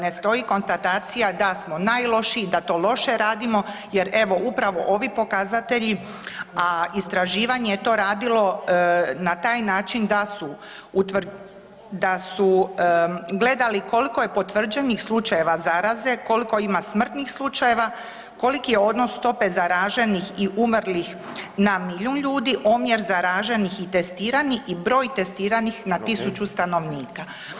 Ne stoji konstatacija da smo najlošiji, da to loše radimo jer evo upravo ovi pokazatelji a istraživanje je to radilo na taj način da su gledali koliko je potvrđenih slučajeva zaraze, koliko ima smrtnih slučajeva, koliko je odnos stope zaraženih i umrlih na milijun ljudi, omjer zaraženih i testiranih i broj testiranih na 1000 stanovnika.